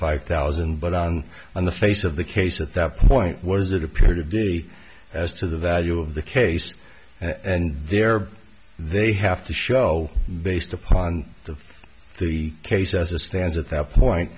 five thousand but on on the face of the case at that point was it appeared to be as to the value of the case and there they have to show based upon the case as it stands at that point